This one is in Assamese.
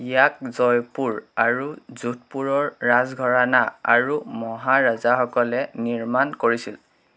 ইয়াক জয়পুৰ আৰু যোধপুৰৰ ৰাজঘৰাণা আৰু মহাৰাজাসকলে নিৰ্মাণ কৰিছিল